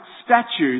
statues